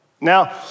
Now